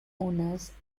owners